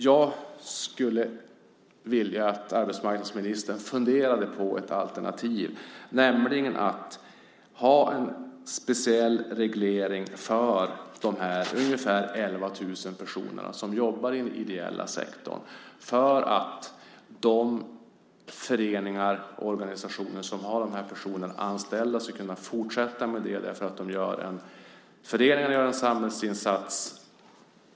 Jag skulle vilja att arbetsmarknadsministern funderade på ett alternativ, nämligen att ha en speciell reglering för dessa ungefär 11 000 personer som jobbar i den ideella sektorn så att de föreningar och organisationer som har de här personerna anställda ska kunna fortsätta med det. Föreningen i sig gör en samhällsinsats.